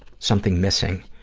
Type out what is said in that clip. something missing.